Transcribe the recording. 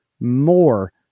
more